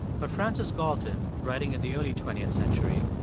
but francis galton, writing in the early twentieth century,